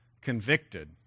convicted